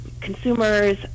consumers